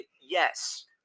yes